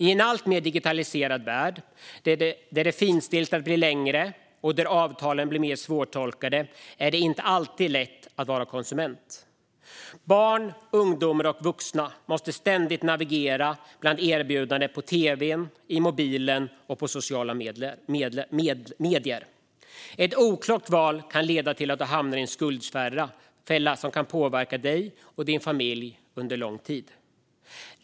I en alltmer digitaliserad värld där det finstilta blir längre och där avtalen blir mer svårtolkade är det inte alltid lätt att vara konsument. Barn, ungdomar och vuxna måste ständigt navigera bland erbjudanden på tv:n, i mobilen och på sociala medier. Ett oklokt val kan leda till att du hamnar i en skuldfälla som kan påverka dig och din familj under lång tid.